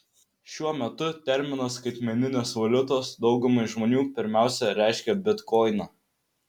šiuo metu terminas skaitmeninės valiutos daugumai žmonių pirmiausia reiškia bitkoiną